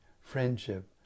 friendship